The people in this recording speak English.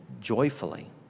joyfully